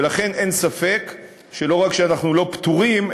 ולכן אין ספק שלא רק שאנחנו לא פטורים,